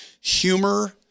humor